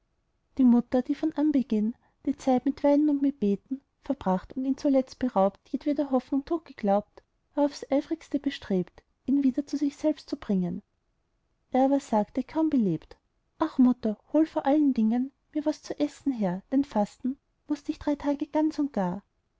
die mutter die von anbeginn die zeit mit weinen und mit beten verbracht und ihn zuletzt beraubt jedweder hoffnung tot geglaubt war auf das eifrigste bestrebt ihn wieder zu sich selbst zu bringen er aber sagte kaum belebt ach mutter hol vor allen dingen mir was zu essen her denn fasten mußt ich drei tage ganz und gar